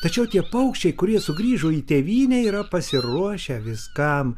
tačiau tie paukščiai kurie sugrįžo į tėvynę yra pasiruošę viskam